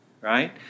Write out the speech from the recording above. right